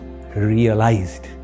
realized